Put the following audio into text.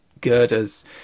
girders